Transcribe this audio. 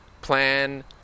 plan